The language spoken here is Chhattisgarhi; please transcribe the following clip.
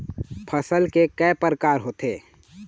फसल के कय प्रकार होथे?